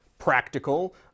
practical